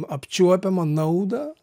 apčiuopiamą naudą